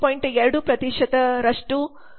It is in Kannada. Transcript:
2 ರಿಂದ ಹೆಚ್ಚಾಗುತ್ತದೆ